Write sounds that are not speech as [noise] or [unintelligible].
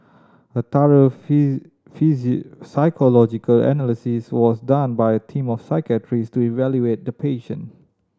a thorough [unintelligible] psychological analysis was done by a team of psychiatrist to evaluate the patient